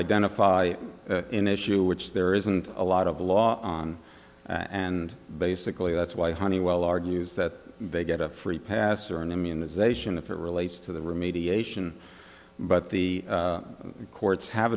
identify an issue which there isn't a lot of law on and basically that's why honeywell argues that they get a free pass or an immunization if it relates to the remediation but the courts have